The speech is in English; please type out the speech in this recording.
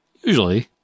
Usually